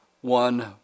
one